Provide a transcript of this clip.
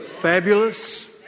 fabulous